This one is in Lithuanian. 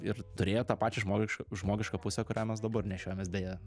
ir turėjo tą pačią žmogišką žmogišką pusę kurią mes dabar nešiojamės deja